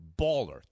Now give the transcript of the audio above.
baller